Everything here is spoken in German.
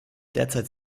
derzeit